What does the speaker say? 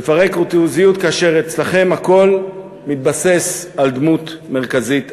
לפרק ריכוזיות כאשר אצלכם הכול מתבסס על דמות מרכזית אחת.